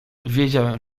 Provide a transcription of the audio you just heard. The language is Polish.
wiedział